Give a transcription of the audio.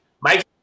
Mike